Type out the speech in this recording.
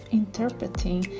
interpreting